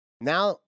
Now